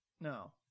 No